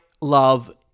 love